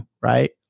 Right